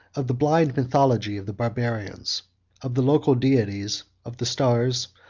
of the blind mythology of the barbarians of the local deities, of the stars,